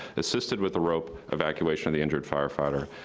assisted with the rope evacuation of the injured firefighter.